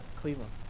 Cleveland